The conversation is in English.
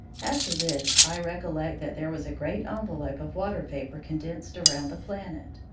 after this, i recollect that there was a great envelope of water-vapour condensed around the planet.